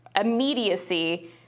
immediacy